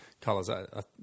colors